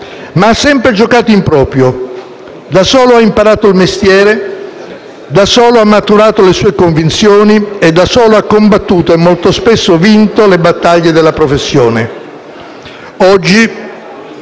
ma ha sempre giocato in proprio; da solo ha imparato il mestiere, da solo ha maturato le sue convinzioni e da solo ha combattuto e, molto spesso vinto, le battaglie della professione. Oggi,